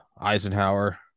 eisenhower